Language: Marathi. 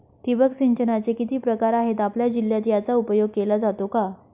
ठिबक सिंचनाचे किती प्रकार आहेत? आपल्या जिल्ह्यात याचा उपयोग केला जातो का?